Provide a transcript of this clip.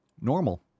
Normal